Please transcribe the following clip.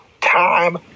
time